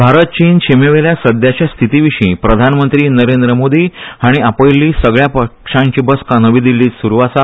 भारत चीन शिमेवेल्या सद्याच्या स्थितीविशी प्रधानमंत्री नरेंद्र मोदी हाणी आपयल्ली सगळया पक्षांची बसका नवी दिल्लीत सुरू आसा